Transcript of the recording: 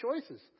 choices